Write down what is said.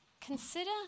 Consider